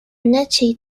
niche